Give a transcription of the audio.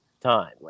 time